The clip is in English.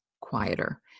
quieter